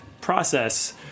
process